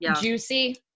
juicy